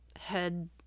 head